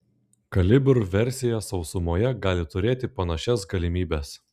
kalibr versija sausumoje gali turėti panašias galimybes